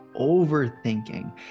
overthinking